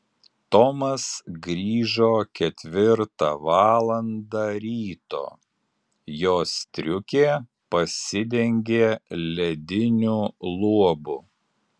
tomas grįžo ketvirtą valandą ryto jo striukė pasidengė lediniu luobu